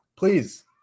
please